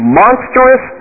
monstrous